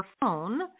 phone